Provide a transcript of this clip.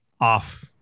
off